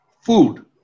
food